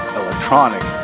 electronic